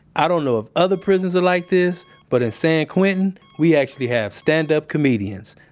i don't know if other prisons are like this, but in san quentin, we actually have stand-up comedians.